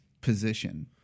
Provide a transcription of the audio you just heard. position